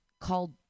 called